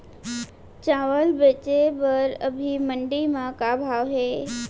चांवल बेचे बर अभी मंडी म का भाव हे?